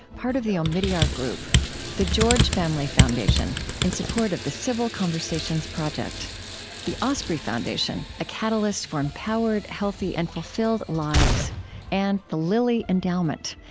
part of the omidyar group the george family foundation, in support of the civil conversations project the osprey foundation a catalyst for empowered, healthy, and fulfilled lives and the lilly endowment,